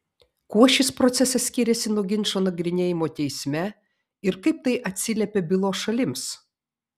kuo šis procesas skiriasi nuo ginčo nagrinėjimo teisme ir kaip tai atsiliepia bylos šalims